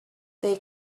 they